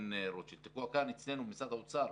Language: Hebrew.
קיסריה אלא תקוע כאן אצלנו במשרד האוצר